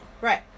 Right